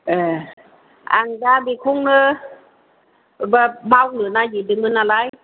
ए आं दा बेखौनो मावनो नागेरदोंमोन नालाय